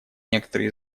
некоторые